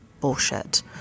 bullshit